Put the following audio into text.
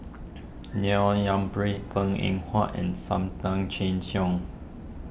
Neil Yumphreys Png Eng Huat and Sam Tan Chin Siong